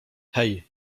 hej